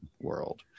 world